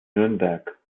nürnberg